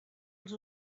els